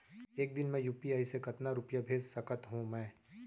एक दिन म यू.पी.आई से कतना रुपिया भेज सकत हो मैं?